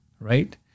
right